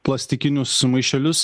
plastikinius maišelius